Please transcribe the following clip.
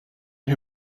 who